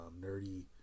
nerdy